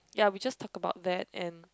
ya we just tall about that and